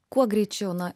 kuo greičiau na